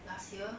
last year